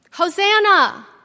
Hosanna